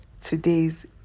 today's